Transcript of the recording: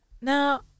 Now